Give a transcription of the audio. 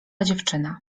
dziewczyna